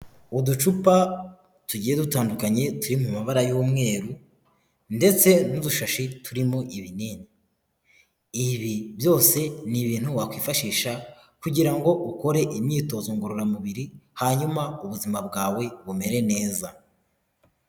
Uducupa tugiye dutandukanye turi mu mabara y'umweru ndetse n'udushashi turimo ibinini, ibi byose ni ibintu wakwifashisha kugira ngo ukore imyitozo ngororamubiri, hanyuma ubuzima bwawe bumere neza.